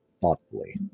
Thoughtfully